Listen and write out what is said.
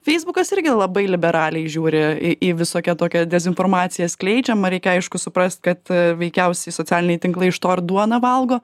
feisbukas irgi labai liberaliai žiūri į visokią tokią dezinformaciją skleidžiamą reikia aišku suprast kad veikiausiai socialiniai tinklai iš to ir duoną valgo